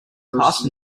past